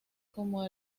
como